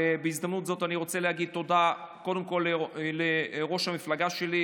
ובהזדמנות זו אני רוצה להגיד קודם כול תודה לראש המפלגה שלי,